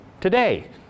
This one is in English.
today